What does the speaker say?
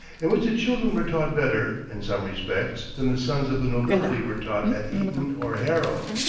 in which the children were taught better, in some respects, than the sons of the nobility were taught at eton or harrow.